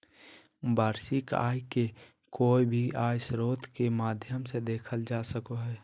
वार्षिक आय के कोय भी आय स्रोत के माध्यम से देखल जा सको हय